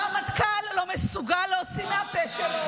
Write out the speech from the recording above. הרמטכ"ל לא מסוגל להוציא מהפה שלו,